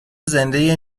زنده